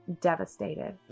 devastated